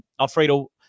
Alfredo